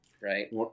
right